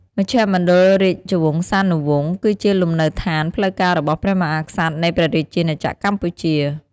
មជ្ឈមណ្ឌលរាជវង្សានុវង្ស គឺជាលំនៅឋានផ្លូវការរបស់ព្រះមហាក្សត្រនៃព្រះរាជាណាចក្រកម្ពុជា។